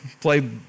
play